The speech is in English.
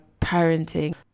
parenting